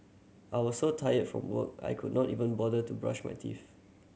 I was so tired from work I could not even bother to brush my teeth